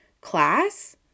class